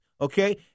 okay